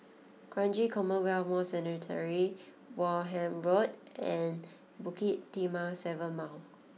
Kranji Commonwealth War Cemetery Wareham Road and Bukit Timah Seven Mile